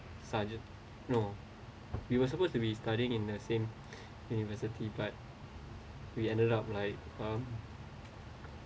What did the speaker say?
stu~ no we were supposed to be studying in the same university but we ended up like um